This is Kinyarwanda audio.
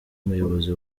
umuyobozi